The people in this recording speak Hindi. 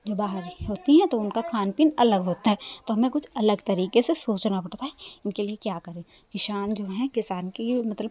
वो बाहर होती हैं तो उनका खान पीन अलग होता है तो हमें कुछ अलग तरीके से सोचना पड़ता है उनके लिए क्या करें किसान जो हैं किसान की मतलब